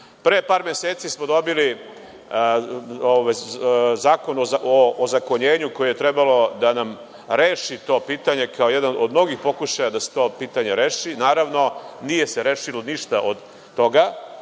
par meseci smo dobili Zakon o ozakonjenju, koji je trebalo da nam reši to pitanje, kao jedan od mnogih pokušaja da se to pitanje reši. Naravno, nije se rešilo ništa od toga.